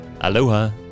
Aloha